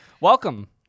Welcome